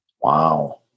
Wow